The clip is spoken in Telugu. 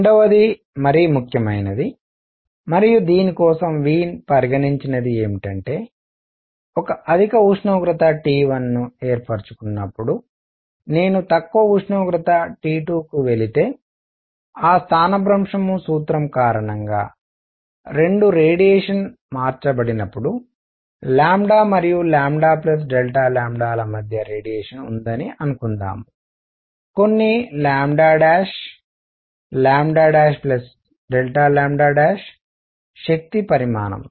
రెండవది మరింత ముఖ్యమైనది మరియు దీని కోసం వీన్ పరిగణించినది ఏమిటంటే ఒక అధిక ఉష్ణోగ్రత T1 ను ఏర్పరుచుకున్నప్పుడు నేను తక్కువ ఉష్ణోగ్రత T2 కి వెళితే ఆ స్థానభ్రంశం సూత్రం కారణంగా 2 రేడియేషన్ మార్చబడినప్పుడు మరియు ల మధ్య రేడియేషన్ ఉందని అనుకుందాం కొన్ని శక్తి పరిమాణం